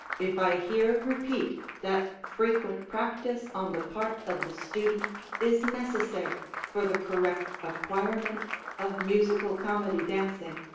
if i here repeat that frequent practice on the part of the student is necessary for the correct acquirement of musical comedy dancing,